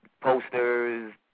posters